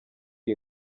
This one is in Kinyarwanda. iyi